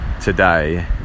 today